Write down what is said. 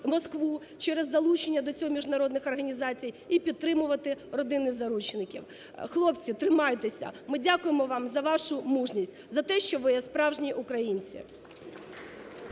через залучення до цього міжнародних організацій і підтримувати родини заручників. Хлопці, тримайтеся! Ми дякуємо вам за вашу мужність, за те, що ви є справжні українці.